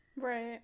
right